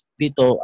dito